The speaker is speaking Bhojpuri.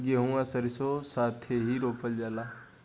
गेंहू आ सरीसों साथेही रोपल जाला